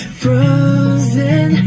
frozen